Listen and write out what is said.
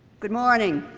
good morning,